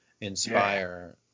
inspire